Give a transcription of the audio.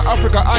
Africa